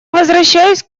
возвращаюсь